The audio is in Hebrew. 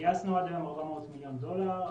גייסנו עד היום 400 מיליון דולר,